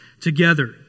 together